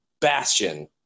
bastion